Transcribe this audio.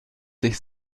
sich